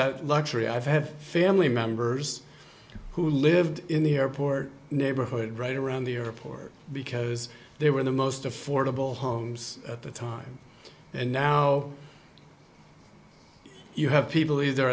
that luxury i have family members who lived in the airport neighborhood right around the airport because they were the most affordable homes at the time and now you have people either